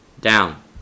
down